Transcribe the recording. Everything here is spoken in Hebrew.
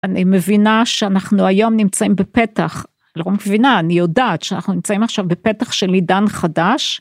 אני מבינה שאנחנו היום נמצאים בפתח... לא מבינה, אני יודעת, שאנחנו נמצאים עכשיו בפתח של עידן חדש.